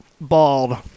Bald